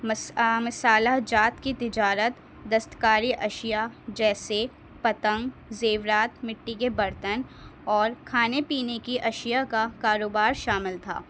مس مصالہ جات کی تجارت دستکاری اشیاء جیسے پتنگ زیورات مٹی کے برتن اور کھانے پینے کی اشیاء کا کاروبار شامل تھا